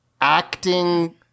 acting